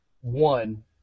one